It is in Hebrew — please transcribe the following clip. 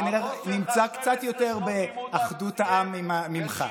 אני כנראה נמצא קצת יותר באחדות העם ממך.